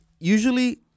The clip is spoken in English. Usually